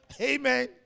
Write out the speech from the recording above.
Amen